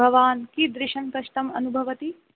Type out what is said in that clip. भवान् कीदृशं कष्टम् अनुभवति